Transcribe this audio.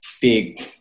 big